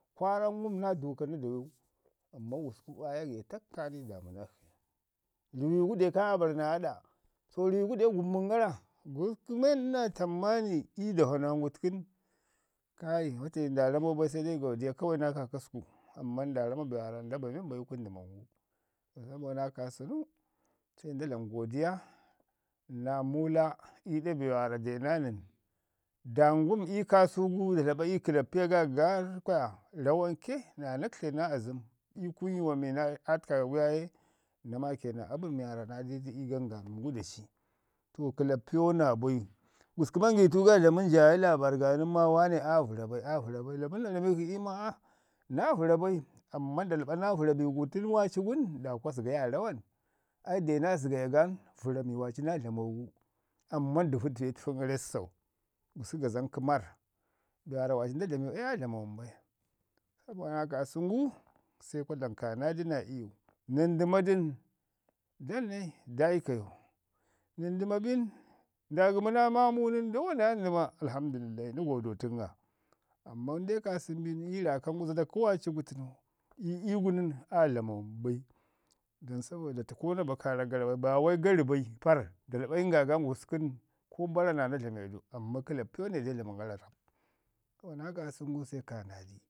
kwarran naa duuka na dawau amman gusku basau kwaya getak kaanai damu nakshi. Ruwi dai ka aa bari naa aɗa, so ruwi fu de gumbən gara. Gususku men ina tammani ii dava nan gu təku nən kai nda ramau bai se dai godiya kawai naa kaakasku amman nda rama be waarra nda ba men ii kunu dəman gu. To sabo naa kaasənu, se nda dlam godiya ii Muuda ii ɗa be waarra de na nən. Da ngum ii kaasu gu da slaba iyu kəlapiya ga garr kwaya rawanke naa ya na kətle naa azəm ii kunu yuwan mi na- aa təka ga gu yaaye na maake naa abən mi waarra na ni du ii gangamin gu daci. To kəlappiyo naabai. Gusku manitu ga dlamən yayi laabarr ha nən maa waane aa vəra bai- a vən maa waane aa vəra bai- a vəra bai dlamən na ramil shi iyu maa "na vəra bai" amman da dlaɓa naa vəra bi gu tən waaci gun, da kwa gəgayu aa rawan? Ai de naa zegaya gan vəra waarra naa dlamo gu, amman dəvu de təfən gara ii sosau. Gusku gazan kəmarr, be waarra waaci nda dlamu ai aa dlama wambai sabo naa kaasən gu sekwa dlam kaanadi naa iyu. Nən dəma dən, da nai da iko yu, nən bin, ndagəmu naa maamu nən, da wana ya dəma, alhamdulillah, na godo tən ga. Amman əndai kaasən bin iyu raakan gu zada kə waaci tənu ii iyu gu nən aa dlama wam bai, don sabo do təkau na ba kaarak bai. Ba wai garu bai parr da dlaɓa iyu nga ga gususku, ko bara naa ya naa dlame du, amma kəlappiyo ne dai dlamən gara rrap. To naa kaasən gu se kaanadi.